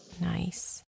Nice